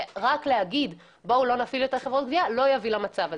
ואמירה "בואו לא נפעיל את חברות הגבייה" לא תוביל למצב המיוחל.